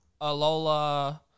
Alola